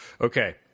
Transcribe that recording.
Okay